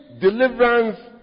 deliverance